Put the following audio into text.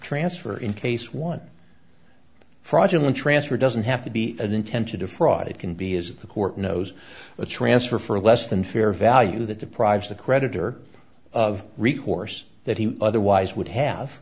transfer in case one fraudulent transfer doesn't have to be an intent to defraud it can be is the court knows a transfer for a less than fair value that deprives the creditor of recourse that he otherwise would have